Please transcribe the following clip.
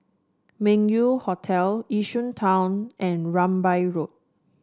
Meng Yew Hotel Yishun Town and Rambai Road